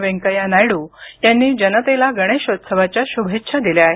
वेंकय्या नायडू यांनी जनतेला गणेशोत्सवाच्या शुभेच्छा दिल्या आहेत